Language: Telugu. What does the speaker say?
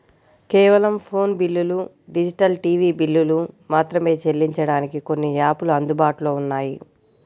కేవలం ఫోను బిల్లులు, డిజిటల్ టీవీ బిల్లులు మాత్రమే చెల్లించడానికి కొన్ని యాపులు అందుబాటులో ఉన్నాయి